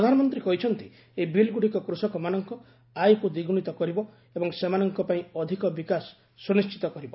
ପ୍ରଧାନମନ୍ତ୍ରୀ କହିଛନ୍ତି ଏହି ବିଲ୍ଗୁଡିକ କୃଷକମାନଙ୍କୁ ଆୟକୁ ଦ୍ୱିଗୁଣିତ କରିବ ଏବଂ ସେମାନଙ୍କ ପାଇଁ ଅଧିକ ବିକାଶ ସୁନିଶ୍ଚିତ କରିବ